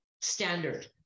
standard